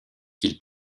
qu’il